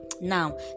Now